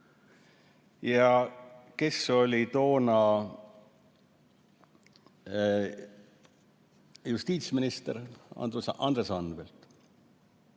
Ja kes oli toona justiitsminister? Andres Anvelt.